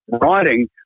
writing